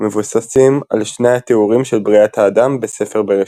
– המבוססים על שני התיאורים של בריאת האדם בספר בראשית.